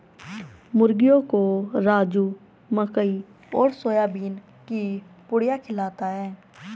मुर्गियों को राजू मकई और सोयाबीन की पुड़िया खिलाता है